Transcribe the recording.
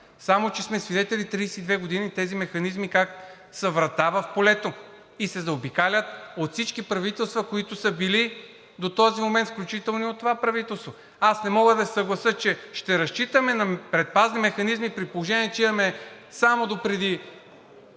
години сме свидетели как тези механизми са врата в полето и се заобикалят от всички правителства, които са били до този момент, включително от това правителство. Не мога да се съглася, че ще разчитаме на предпазни механизми, при положение че само допреди